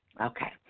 Okay